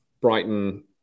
Brighton